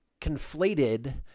conflated